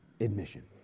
admission